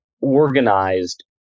organized